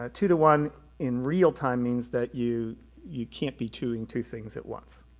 ah two to one in real time means that you you can't be doing two things at once.